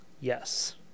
Yes